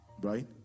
Right